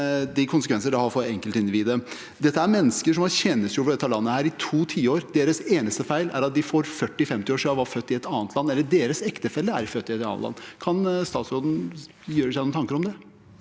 de konsekvenser det har for enkeltindividet. Dette er mennesker som har tjenestegjort for dette landet i to tiår. Deres eneste feil er at de for 40–50 år siden ble født i et annet land, eller at deres ektefelle er født i et annet land. Kan statsråden gjøre seg noen tanker om det?